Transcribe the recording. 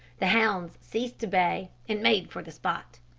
the hounds ceased to bay, and made for the spot.